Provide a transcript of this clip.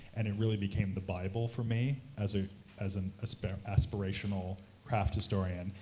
and it really became the bible for me as ah as an aspirational craft historian,